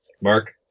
mark